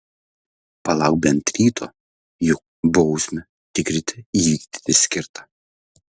palauk bent ryto juk bausmę tik ryte įvykdyti skirta